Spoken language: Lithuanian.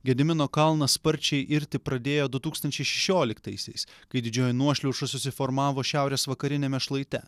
gedimino kalnas sparčiai irti pradėjo du tūkstančiai šešioliktaisiais kai didžioji nuošliauža susiformavo šiaurės vakariniame šlaite